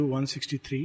163।